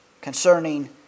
concerning